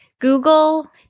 Google